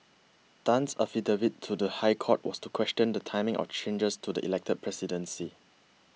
Tan's affidavit to the High Court was to question the timing of changes to the elected presidency